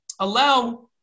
allow